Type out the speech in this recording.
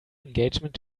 engagement